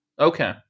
Okay